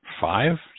five